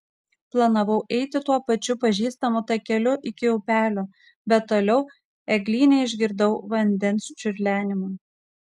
planavau eiti tuo pačiu pažįstamu takeliu iki upelio bet toliau eglyne išgirdau vandens čiurlenimą